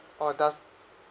or does